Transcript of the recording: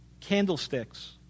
candlesticks